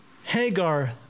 Hagar